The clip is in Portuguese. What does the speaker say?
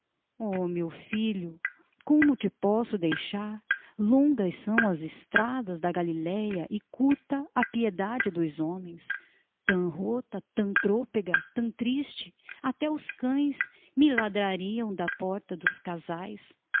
oh meu filho como te posso deixar longas são as estradas da galileia e curta a piedade dos homens tão rota tão trôpega tão triste até os cães me ladrariam da porta dos casais